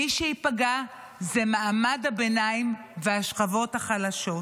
מי שייפגע זה מעמד הביניים והשכבות החלשות.